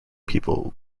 people